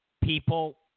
people